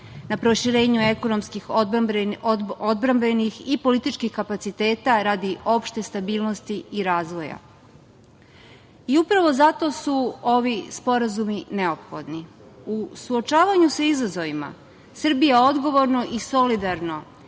na proširenju ekonomskih, odbrambenih i političkih kapaciteta radi opšte stabilnosti i razvoja. Upravo zato su ovi sporazumi neophodni. U suočavanju sa izazovima Srbija odgovorno i solidarno